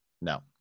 no